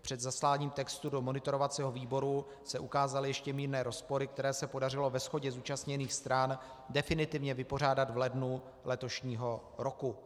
Před zasláním textu do monitorovacího výboru se ukázaly ještě mírné rozpory, které se podařilo ve shodě zúčastněných stran definitivně vypořádat v lednu letošního roku.